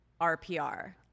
RPR